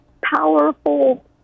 powerful